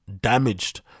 damaged